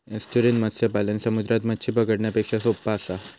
estuarine मत्स्य पालन समुद्रात मच्छी पकडण्यापेक्षा सोप्पा असता